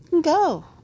Go